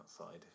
outside